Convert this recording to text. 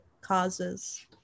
causes